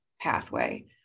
pathway